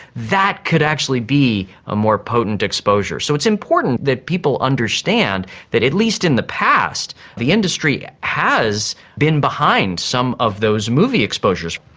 that could actually be a more potent exposure. so it's important that people understand that at least in the past the industry has been behind some of those movie exposures.